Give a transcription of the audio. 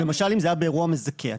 למשל אם זה היה באירוע מזכה,